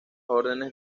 órdenes